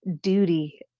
duty